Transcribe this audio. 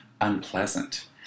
unpleasant